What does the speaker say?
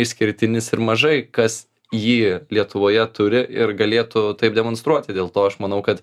išskirtinis ir mažai kas jį lietuvoje turi ir galėtų taip demonstruoti dėl to aš manau kad